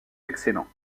excellents